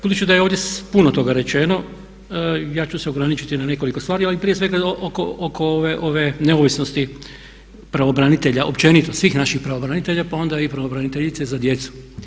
Budući da je ovdje puno toga rečeno, ja ću se ograničiti na nekoliko stvari ali prije svega oko ove neovisnosti pravobranitelja općenito, svih naših pravobranitelja pa onda i pravobraniteljice za djecu.